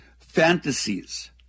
fantasies